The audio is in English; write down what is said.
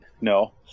no